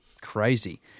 crazy